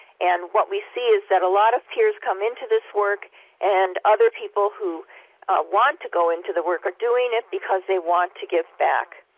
and what we see is a lot of peers come into this work and other people who want to go into the work are doing it because they want to give back.